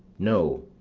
no,